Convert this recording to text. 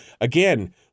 again